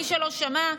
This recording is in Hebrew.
מי שלא שמע,